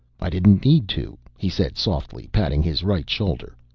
i didn't need to, he said softly, patting his right shoulder.